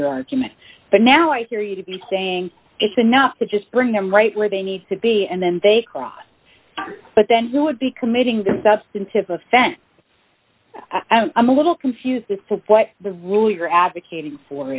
your argument but now i hear you to be saying it's enough to just bring them right where they need to be and then they cross but then who would be committing the substantive offense i'm a little confused as to what the rule you're advocating for